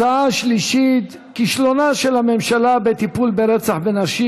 הצעה שלישית: כישלונה של הממשלה בטיפול ברצח נשים,